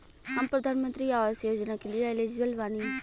हम प्रधानमंत्री आवास योजना के लिए एलिजिबल बनी?